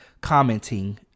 commenting